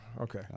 Okay